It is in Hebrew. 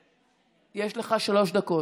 יש לך שלוש דקות.